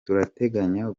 turateganya